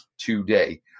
today